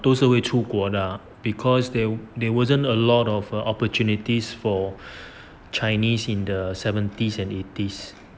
都是为出国的 ah because they there wasn't a lot of uh opportunities for chinese in the seventies and eighties